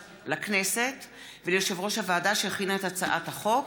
לכנסת וליושב-ראש הוועדה שהכינה את הצעת החוק.